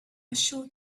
short